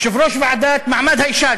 יושבת-ראש ועדת מעמד האישה,